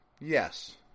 Yes